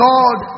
God